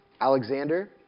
Alexander